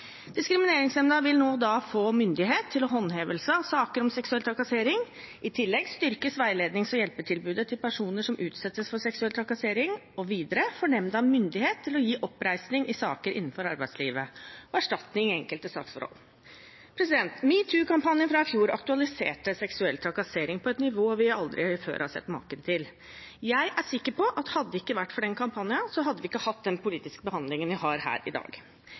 Diskrimineringsnemnda vil da få myndighet til håndhevelse i saker om seksuell trakassering. I tillegg styrkes veilednings- og hjelpetilbudet til personer som utsettes for seksuell trakassering, og videre får nemnda myndighet til å gi oppreisning i saker innenfor arbeidslivet og erstatning i enkelte saksforhold. Metoo-kampanjen fra i fjor aktualiserte seksuell trakassering på et nivå vi aldri før har sett maken til. Jeg er sikker på at hadde det ikke vært for den kampanjen, hadde vi ikke hatt den politiske behandlingen vi har her i dag.